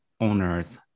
owners